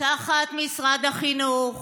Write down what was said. תחת משרד החינוך